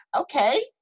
okay